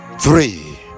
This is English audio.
three